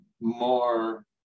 more